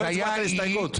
לא הצבענו על ההסתייגות.